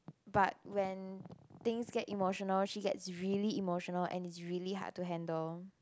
but when things get emotional she gets really emotional and it's really hard to handle